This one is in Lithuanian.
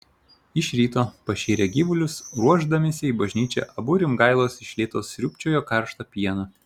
iš ryto pašėrę gyvulius ruošdamiesi į bažnyčią abu rimgailos iš lėto sriūbčiojo karštą pieną